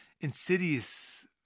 insidious